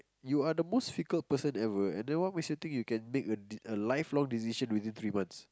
you are the most fickle person ever and then what makes you think you can make a lifelong decision within three months